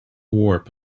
warp